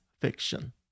fiction